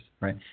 right